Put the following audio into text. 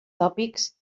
tòpics